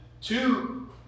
two